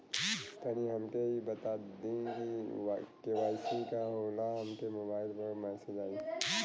तनि हमके इ बता दीं की के.वाइ.सी का होला हमरे मोबाइल पर मैसेज आई?